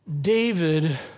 David